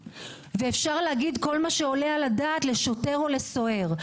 ואפשר להגיד כל מה שעולה על הדעת לשוטר או לסוהר.